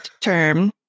term